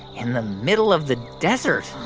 in the middle of the desert